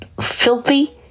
filthy